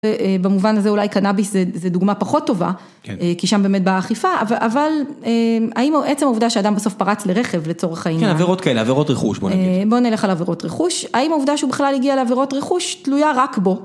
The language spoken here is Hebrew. במובן הזה אולי קנאביס זו דוגמה פחות טובה, כי שם באמת באה האכיפה, אבל האם עצם העובדה שאדם בסוף פרץ לרכב לצורך העניין? כן, עבירות כאלה, עבירות רכוש בוא נגיד. בוא נלך על עבירות רכוש. האם העובדה שהוא בכלל הגיע לעבירות רכוש תלויה רק בו?